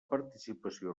participació